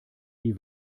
die